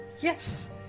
Yes